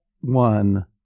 one